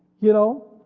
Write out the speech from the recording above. you know